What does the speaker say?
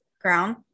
ground